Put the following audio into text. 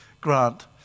Grant